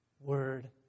word